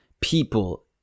people